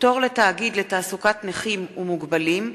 (פטור לתאגיד לתעסוקת נכים ומוגבלים),